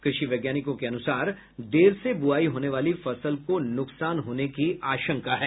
कृषि वैज्ञानिकों के अनुसार देर से ब्रआई होने वाली फसल को नुकसान होने की आशंका है